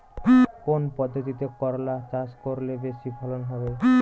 কোন পদ্ধতিতে করলা চাষ করলে বেশি ফলন হবে?